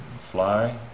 fly